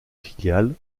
filiale